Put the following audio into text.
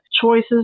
choices